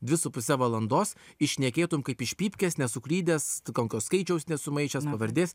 dvi su puse valandos iššnekėtum kaip iš pypkės nesuklydęs kokio skaičiaus nesumaišęs pavardės